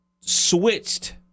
switched